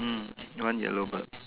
mm one yellow bird